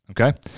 Okay